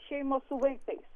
šeimos su vaikais